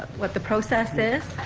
what the process is.